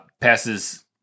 passes